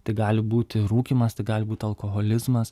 tai gali būti rūkymas tai gali būti alkoholizmas